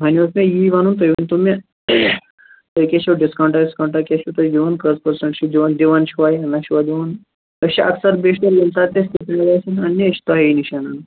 وۅنۍ اوس مےٚ یی وَنُن تُہۍ ؤنۍ تَو مےٚ تۄہہِ کیٛاہ چھُو ڈسکاونٛٹاہ وِسکاونٛٹاہ کیٛاہ چھُو تُہۍ دِوان کٔژ پٔرسَنٛٹ چھُو دِوان دِوان چھِوا نہَ چھُوا دِوان أسۍ چھِ اکثر بیشتر ییٚمہِ ساتہٕ تہِ اَسہِ کِتابہٕ آسان اَننہِ أسۍ چھِ تۄہے نِش انان